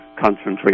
concentrate